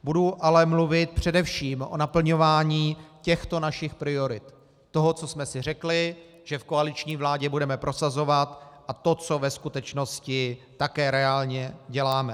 Budu ale mluvit především o naplňování těchto našich priorit, toho, co jsme si řekli, že v koaliční vládě budeme prosazovat, a to, co ve skutečnosti také reálně děláme.